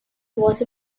was